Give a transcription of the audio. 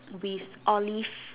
with Olive